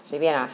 随便啊